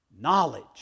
knowledge